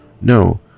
No